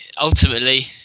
ultimately